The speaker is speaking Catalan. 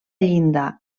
llinda